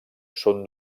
són